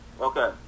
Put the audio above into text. Okay